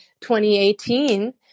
2018